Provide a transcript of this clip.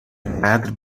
انقدر